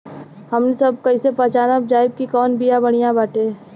हमनी सभ कईसे पहचानब जाइब की कवन बिया बढ़ियां बाटे?